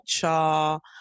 culture